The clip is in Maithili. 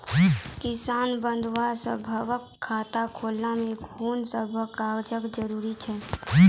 किसान बंधु सभहक खाता खोलाबै मे कून सभ कागजक जरूरत छै?